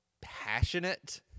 passionate